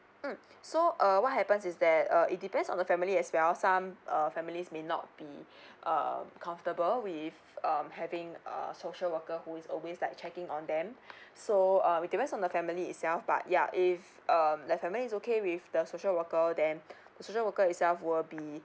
mm so uh what happens is that uh it depends on the family as well some uh families may not be uh comfortable with um having a social worker who is always like checking on them so uh it depends on the family itself but ya if um the family is okay with the social worker then the social worker itself will be